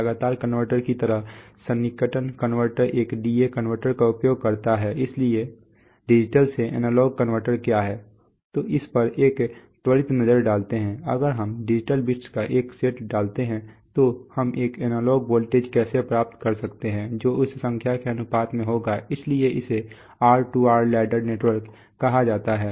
लगातार कनवर्टर की तरह सन्निकटन कनवर्टर एकDA कनवर्टर का उपयोग करता है इसलिए डिजिटल से एनालॉग कनवर्टर क्या है इस पर एक त्वरित नज़र डालते हैं अगर हम डिजिटल बिट्स का एक सेट डालते हैं तो हम एक एनालॉग वोल्टेज कैसे प्राप्त कर सकते हैं जो उस संख्या के अनुपात में होगा इसलिए इसे R2R लैडर नेटवर्क कहा जाता है